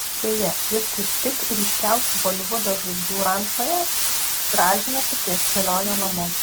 beje jis kaip tik ryškiausių holivudo žvaigždžių rančoje gražinasi prieš kelionę namo